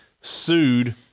sued